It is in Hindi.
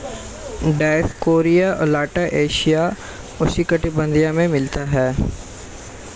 डायोस्कोरिया अलाटा एशियाई उष्णकटिबंधीय में मिलता है